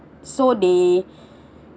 so they